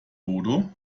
bodo